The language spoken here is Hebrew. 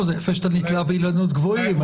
זה יפה שאתה נתלה באילנות גבוהים.